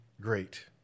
great